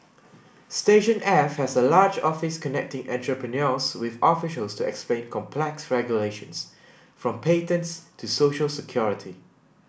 station F has a large office connecting entrepreneurs with officials to explain complex regulations from patents to social security